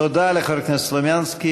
תודה לחבר הכנסת סלומינסקי.